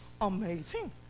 Amazing